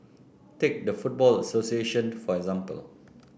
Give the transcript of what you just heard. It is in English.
take the football association for example